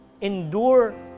endure